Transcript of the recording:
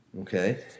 Okay